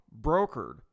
brokered